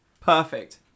perfect